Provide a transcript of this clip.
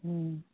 ᱦᱩᱸ